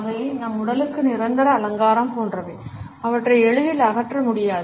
அவை நம் உடலுக்கு நிரந்தர அலங்காரம் போன்றவை அவற்றை எளிதில் அகற்ற முடியாது